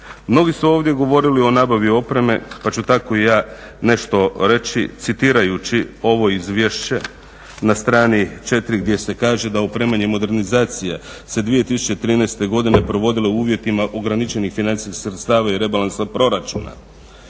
Mnogi su ovdje govorili o nabavi opreme, pa ću tako i ja nešto reći citirajući ovo izvješće, na stranki 4 gdje se kaže: "Da opremanje i modernizacija se 2013. godine provodile u uvjetima ograničenih financijskih sredstava i rebalansa proračun."